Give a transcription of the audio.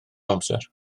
amser